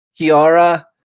Kiara